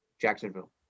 Jacksonville